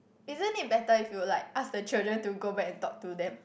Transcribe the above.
isn't it better if you like ask the children to go back and talk to them